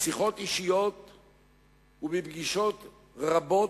בשיחות אישיות ובפגישות רבות,